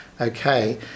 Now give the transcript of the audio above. okay